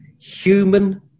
Human